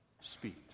Speak